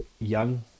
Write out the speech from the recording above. young